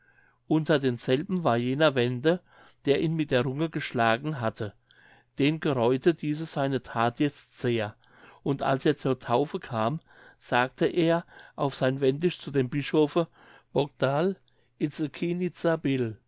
unter denselben war jener wende der ihn mit der runge geschlagen hatte den gereute diese seine that jetzt sehr und als er zur taufe kam sagte er auf sein wendisch zu dem bischofe